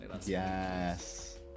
yes